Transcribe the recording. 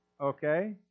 Okay